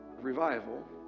revival